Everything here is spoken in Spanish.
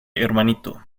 hermanito